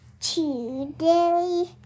today